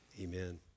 Amen